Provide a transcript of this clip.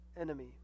enemy